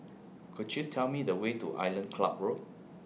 Could YOU Tell Me The Way to Island Club Road